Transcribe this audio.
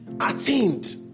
attained